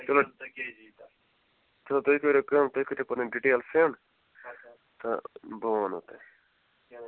چلو چلو تُہۍ کٔرِو کٲم تُہۍ کٔرِو پَنٕنۍ ڈِٹیل سٮ۪نٛڈ تہٕ بہٕ وَنہو تۄہہِ